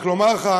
רק אומר לך,